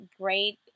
great